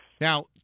Now